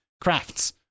crafts